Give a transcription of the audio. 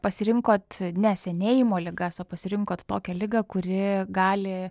pasirinkot ne senėjimo ligas o pasirinkot tokią ligą kuri gali